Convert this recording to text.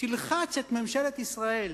תלחץ את ממשלת ישראל,